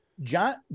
John